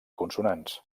consonants